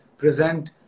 present